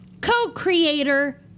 co-creator